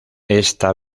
esta